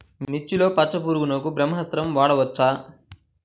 మిర్చిలో పచ్చ పురుగునకు బ్రహ్మాస్త్రం వాడవచ్చా?